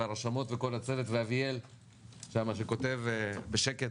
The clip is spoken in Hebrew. הרשמות וכל הצוות, ואביאל שכותב בשקט